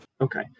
okay